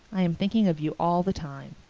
i am thinking of you all the time.